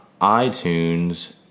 iTunes